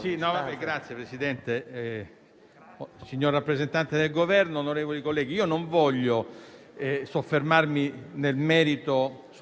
Signor Presidente, signor rappresentante del Governo, onorevoli colleghi, non voglio soffermarmi sul